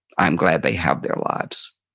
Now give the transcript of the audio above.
i'm glad they have their lives.